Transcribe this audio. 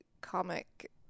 comic